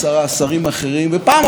אני מסכים, זו מדינה נהדרת,